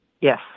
Yes